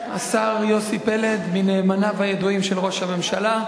השר יוסי פלד, מנאמניו הידועים של ראש הממשלה.